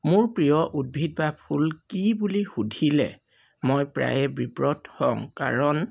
মোৰ প্ৰিয় উদ্ভিদ বা ফুল কি বুলি সুধিলে মই প্ৰায়ে বিব্ৰত হওঁ কাৰণ